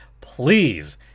please